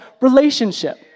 relationship